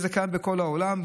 וזה קיים בכל העולם.